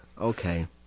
okay